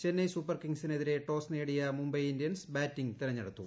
Chennai super കിംഗ്സിനെതിരെ toss നേടിയ Mumbai Indians batting തെരഞ്ഞെടുത്തു